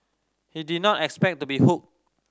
he did not expect to be hooked